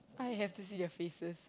I have to see the faces